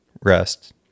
rest